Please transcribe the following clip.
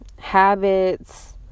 Habits